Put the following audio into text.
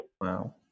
Wow